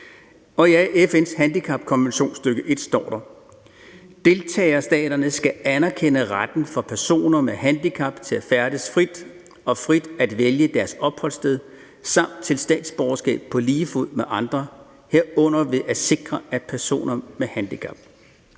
Og i FN's handicapkonventions artikel 18, stk. 1, står der: »Deltagerstaterne skal anerkende retten for personer med handicap til at færdes frit og frit at vælge deres opholdssted samt til statsborgerskab på lige fod med andre, herunder ved at sikre, at personer med handicap: